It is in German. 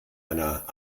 einer